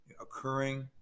occurring